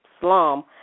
slum